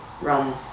run